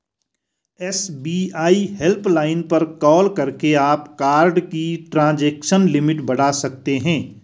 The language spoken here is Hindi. एस.बी.आई हेल्पलाइन पर कॉल करके आप कार्ड की ट्रांजैक्शन लिमिट बढ़ा सकते हैं